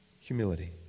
humility